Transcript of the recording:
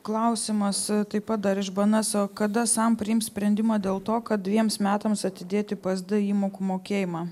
klausimas taip pat dar iš bns o kada sam priims sprendimą dėl to kad dvejiems metams atidėti psd įmokų mokėjimą